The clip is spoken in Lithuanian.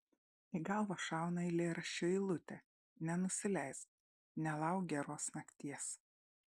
į galvą šauna eilėraščio eilutė nenusileisk nelauk geros nakties